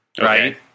Right